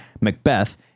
Macbeth